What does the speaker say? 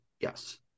Yes